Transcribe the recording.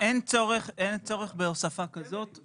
אין צורך בהוספה כזאת.